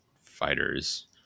fighters